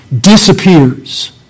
disappears